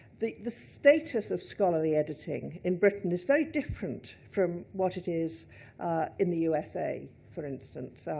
the the status of scholarly editing in britain is very different from what it is in the usa, for instance,